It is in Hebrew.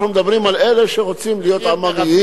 אנחנו מדברים על אלה שרוצים להיות עממיים